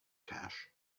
cache